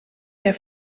der